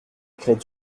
crête